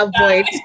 avoid